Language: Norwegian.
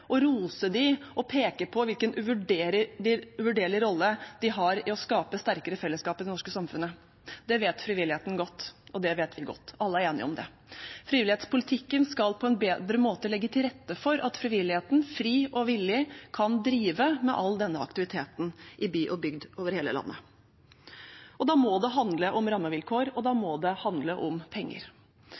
og rose dem og peke på hvilken uvurderlig rolle de har i å skape sterkere fellesskap i det norske samfunnet. Det vet frivilligheten godt, og det vet vi godt. Alle er enige om det. Frivillighetspolitikken skal på en bedre måte legge til rette for at frivilligheten fritt og villig kan drive med all denne aktiviteten i by og bygd over hele landet. Da må det handle om rammevilkår, og da må det handle om penger.